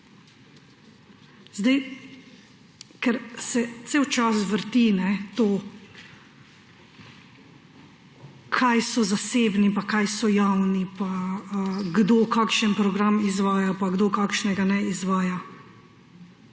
Ker se ves čas vrti to, kaj so zasebni, kaj so javni, kdo kakšen program izvaja pa kdo kakšnega ne izvaja,